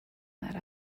that